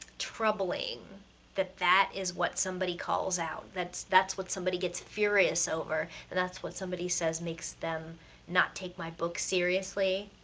troubling that that is what somebody calls out, that's, that's what somebody gets furious over, that's what somebody says makes them not take my book seriously.